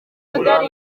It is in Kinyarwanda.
gukorana